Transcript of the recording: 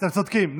שאתם צודקים.